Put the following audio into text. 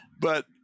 but-